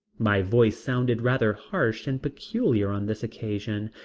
my voice sounded rather harsh and peculiar on this occasion,